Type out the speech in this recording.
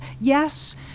yes